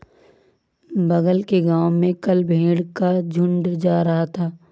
बगल के गांव में कल भेड़ का झुंड जा रहा था